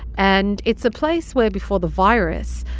and it's a place where, before the virus,